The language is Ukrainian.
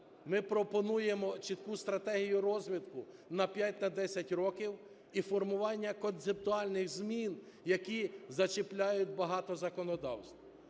ми пропонуємо чітку стратегію розвитку на 5, на 10 років і формування концептуальних змін, які зачіпляють багато законодавств.